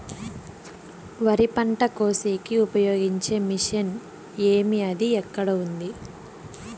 వరి పంట కోసేకి ఉపయోగించే మిషన్ ఏమి అది ఎక్కడ ఉంది?